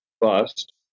bust